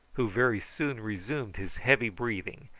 who very soon resumed his heavy breathing,